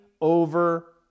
over